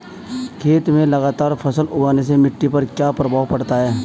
खेत में लगातार फसल उगाने से मिट्टी पर क्या प्रभाव पड़ता है?